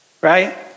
Right